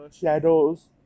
shadows